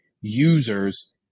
users